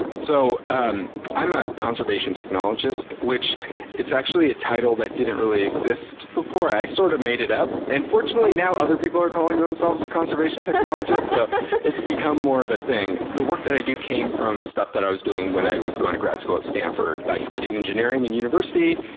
so um i'm a conservation technologist, which is actually a title that didn't really exist before, i sort of made it up. and fortunately now other people are calling themselves conservation technologists, so it's become more of a thing. the work that i do came from stuff that i was doing when i was going to grad school at stanford. i studied engineering in university.